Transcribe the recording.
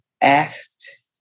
asked